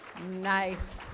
Nice